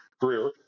career